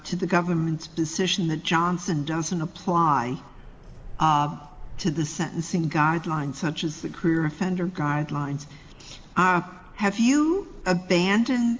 to the government's decision that johnson doesn't apply to the sentencing guidelines such as the career offender guidelines have you abandoned